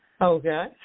Okay